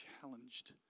challenged